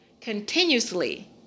continuously